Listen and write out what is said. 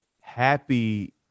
Happy